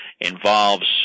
involves